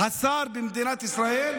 שר במדינת ישראל?